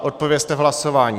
Odpovězte v hlasování!